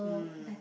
mm